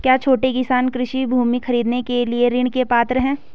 क्या छोटे किसान कृषि भूमि खरीदने के लिए ऋण के पात्र हैं?